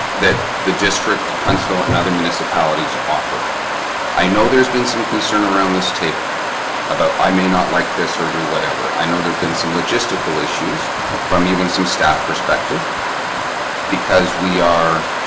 that the district huntsville and other municipalities offer i know there's been some concern around this table about i may not like this or do whatever i know there have been some logistical issues from even some staff perspective because we are